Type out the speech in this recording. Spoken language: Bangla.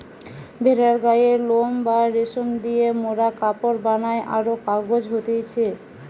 ভেড়ার গায়ের লোম বা রেশম দিয়ে মোরা কাপড় বানাই আরো কাজ হতিছে